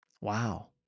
Wow